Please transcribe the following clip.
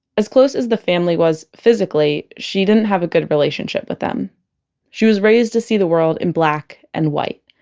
as close as the family was, physically, she didn't have a good relationship with them she was raised to see the world in black and and white.